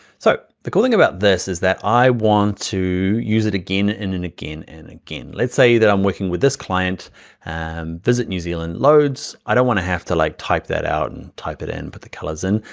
so the cool thing about this is that i want to use it again and again, and again. let's say that i'm working with this client and visit new zealand loads. i don't want to have to like type that out and type it in. put the colors in,